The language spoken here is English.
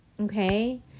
okay